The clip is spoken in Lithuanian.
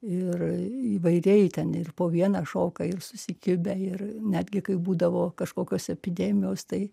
ir įvairiai ten ir po vieną šoka ir susikibę ir netgi kai būdavo kažkokios epidemijos tai